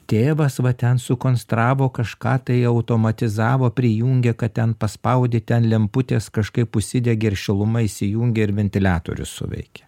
tėvas va ten sukonstravo kažką tai automatizavo prijungė kad ten paspaudi ten lemputės kažkaip užsidegė ir šiluma įsijungė ir ventiliatorius suveikė